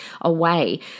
away